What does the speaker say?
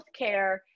healthcare